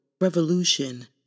revolution